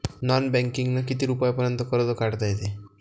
Non बँकिंगनं किती रुपयापर्यंत कर्ज काढता येते?